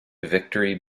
victory